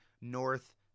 North